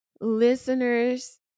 Listeners